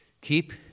Keep